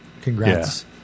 congrats